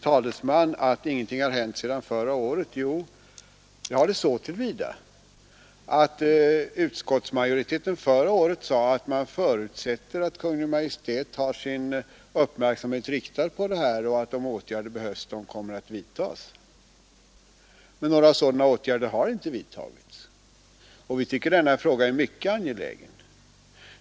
Jo, det har det gjort så till vida att utskottsmajoriteten förra året sade att man förutsätter att Kungl. Maj:t har sin uppmärksamhet riktad på saken och att åtgärder kommer att vidtas om det behövs. Men några åtgärder har inte vidtagits, trots att som vi tycker — frågan är mycket angelägen.